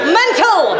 mental